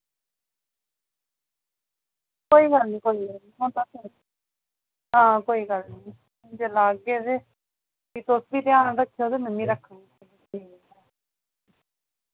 कोई गल्ल नी कोई गल्ल नी हां कोई गल्ल नी जिल्लै आगे ते फ्ही तुस वी ध्यान रक्खेओ ते मैं मि रक्खङ